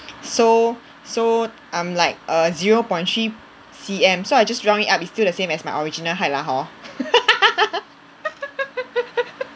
so so I'm like err zero point three C_M so I just round it up it's still the same as my original height lah hor